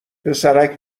پسرک